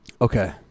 Okay